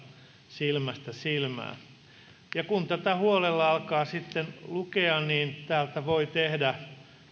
silmästä silmään kun tätä huolella alkaa sitten lukea niin täältä voi tehdä